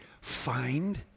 find